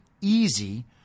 easy